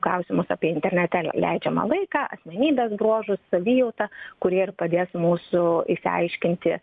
klausimus apie internete le leidžiamą laiką asmenybės bruožus savijautą kurie ir padės mūsų išsiaiškinti